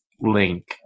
link